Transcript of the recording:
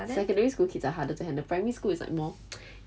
secondary school kids are harder to handle primary school is like more